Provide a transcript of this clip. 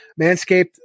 Manscaped